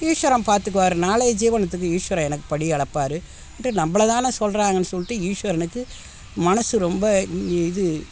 ஈஸ்வரன் பார்த்துக்குவாரு நாளையை ஜீவனத்துக்கு ஈஸ்வரன் எனக்கு படி அளப்பார் ன்ட்டு நம்மள தானே சொல்கிறாங்கன்னு சொல்லிட்டு ஈஸ்வரனுக்கு மனசு ரொம்ப இது